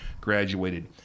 graduated